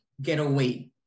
getaway